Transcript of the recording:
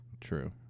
True